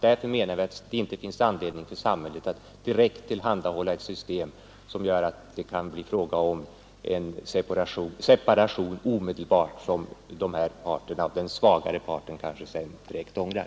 Därför menar vi att det inte finns anledning för samhället att direkt tillhandahålla ett system som gör att det kan bli fråga om äktenskapsskillnad omedelbart, något som den svagare parten kanske sedan ångrar.